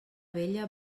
vella